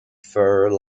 fur